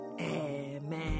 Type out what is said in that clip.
Amen